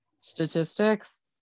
Statistics